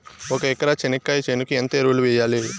ఒక ఎకరా చెనక్కాయ చేనుకు ఎంత ఎరువులు వెయ్యాలి?